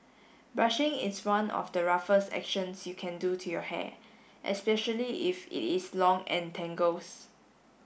brushing is one of the roughest actions you can do to your hair especially if it is long and tangles